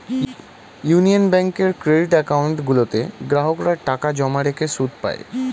union ব্যাঙ্কের credit account গুলোতে গ্রাহকরা টাকা জমা রেখে সুদ পায়